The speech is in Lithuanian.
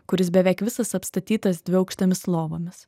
kuris beveik visas apstatytas dviaukštėmis lovomis